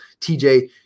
TJ